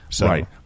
right